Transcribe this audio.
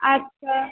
আচ্ছা